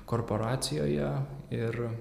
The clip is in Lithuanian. korporacijoje ir